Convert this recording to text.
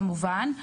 כמובן,